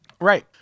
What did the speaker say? Right